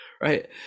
right